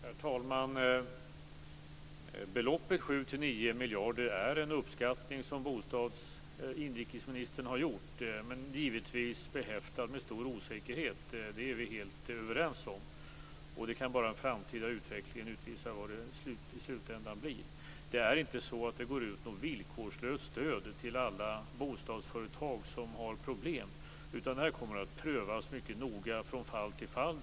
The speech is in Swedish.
Herr talman! Beloppet 7-9 miljarder är en uppskattning som inrikesministern har gjort och är givetvis behäftad med en stor osäkerhet. Det är vi helt överens om. Det kan bara den framtida utvecklingen utvisa vad det i slutänden blir. Det går inte ut något villkorslöst stöd till alla bostadsföretag som har problem, utan det kommer att prövas mycket noga från fall till fall.